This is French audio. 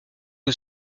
que